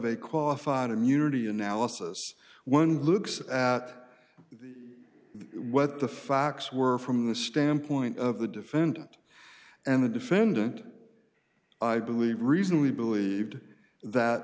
out immunity analysis one looks at the what the facts were from the standpoint of the defendant and the defendant i believe reasonably believed that